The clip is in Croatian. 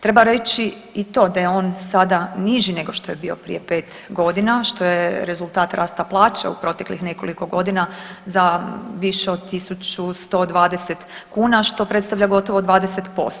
Treba reći i to da je on sada niži nego što je on bio prije pet godina što je rezultat rasta plaća u proteklih nekoliko godina za više od 1120 kuna što predstavlja gotovo 20%